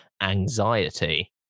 Anxiety